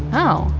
oh,